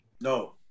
No